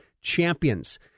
champions